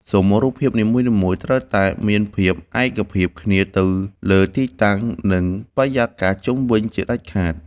ស៊ុមរូបភាពនីមួយៗត្រូវតែមានភាពឯកភាពគ្នាទៅលើទីតាំង និង បរិយាកាសជុំវិញជាដាច់ខាត។